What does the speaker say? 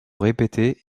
répétées